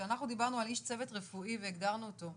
כשאנחנו דיברנו על איש צוות רפואי והגדרנו אותו,